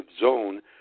zone